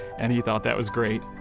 and he thought that was great.